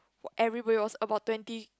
everybody was about twenty